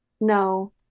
No